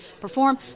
perform